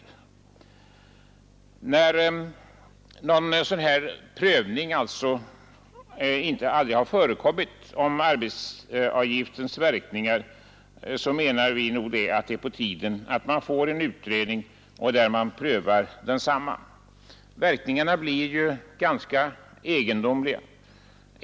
Eftersom någon prövning av arbetsgivaravgiftens verkningar aldrig förekommit, menar vi att det är på tiden att man får en utredning om detta. Verkningarna blir ju ganska egendomliga.